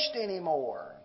anymore